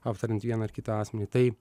aptariant vieną ar kitą asmenį tai